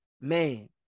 man